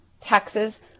taxes